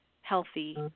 healthy